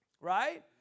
Right